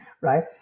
right